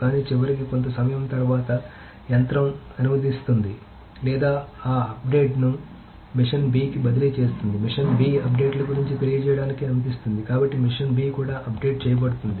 కానీ చివరికి కొంత సమయం తర్వాత యంత్రం అనువదిస్తుంది లేదా ఈ అప్డేట్ను మెషిన్ b కి బదిలీ చేస్తుంది మెషీన్ b అప్డేట్ల గురించి తెలియజేయడానికి అనుమతిస్తుంది కాబట్టి మెషిన్ b కూడా అప్డేట్ చేయబడుతుంది